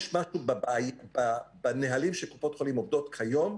יש משהו בנהלים שקופות החולים עובדות כיום,